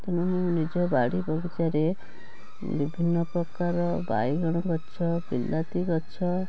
ତେଣୁ ମୁଁ ନିଜ ବାଡ଼ି ବଗିଚାରେ ବିଭିନ୍ନ ପ୍ରକାର ବାଇଗଣ ଗଛ ବିଲାତି ଗଛ